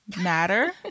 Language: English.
matter